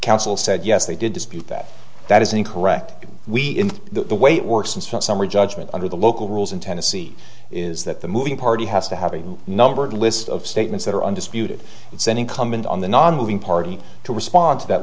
counsel said yes they did dispute that that isn't correct we in the way it works in summary judgment under the local rules in tennessee is that the moving party has to have a number of list of statements that are undisputed it's an incumbent on the nonmoving party to respond to that